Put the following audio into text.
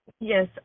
Yes